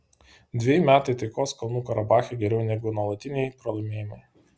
dveji metai taikos kalnų karabache geriau negu nuolatiniai pralaimėjimai